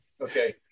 Okay